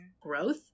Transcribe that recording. growth